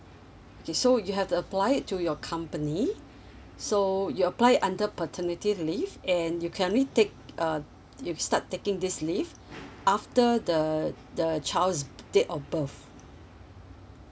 okay so you have to apply it to your company so you apply it under paternity leave and you can only take uh you can start taking this leave after the the child's date of birth